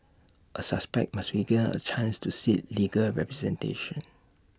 A suspect must be given A chance to seek legal representation